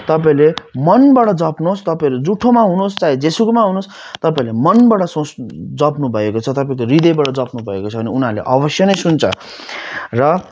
तपाईँहरूले मनबाट जप्नु होस् तपाईँहरू जुठोमा हुनु होस् चाहे जे सुकैमा हुनु होस् तपाईँहरूले मनबाट सोच जप्नु भएको छ तपाईँको हृदयबाट जप्नु भएको छ भने उनीहरूले अवश्य नै सुन्छ र